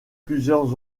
plusieurs